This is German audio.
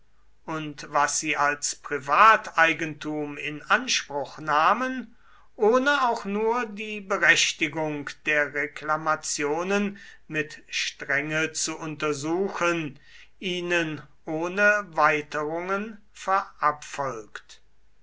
und was sie als privateigentum in anspruch nahmen ohne auch nur die berechtigung der reklamationen mit strenge zu untersuchen ihnen ohne weiterungen